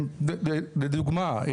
לדוגמא,